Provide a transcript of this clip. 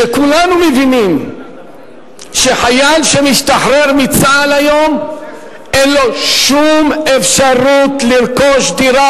כשכולנו מבינים שחייל שמשתחרר מצה"ל היום אין לו שום אפשרות לרכוש דירה,